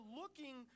looking